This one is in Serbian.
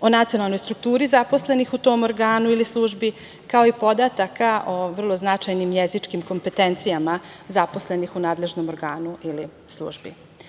o nacionalnoj strukturi zaposlenih u tom organu ili službi, kao i podataka o vrlo značajnim jezičkim kompetencijama zaposlenih u nadležnom organu ili službi. Druga